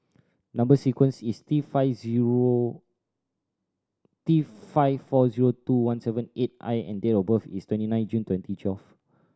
number sequence is T five zero T five four zero two one seven eight I and date of birth is twenty nine June twenty twelve